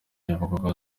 nyabugogo